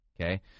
Okay